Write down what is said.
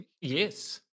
Yes